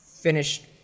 Finished